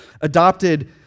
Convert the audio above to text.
adopted